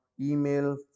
email